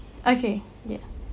okay ya